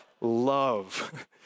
Love